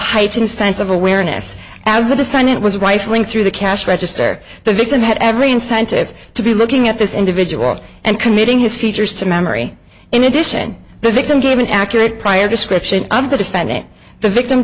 heightened sense of awareness as the defendant was rifling through the cash register the victim had every incentive to be looking at this individual and committing his features to memory in addition the victim gave an accurate prior description of the defendant the victim